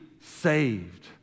saved